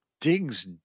digs